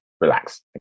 relax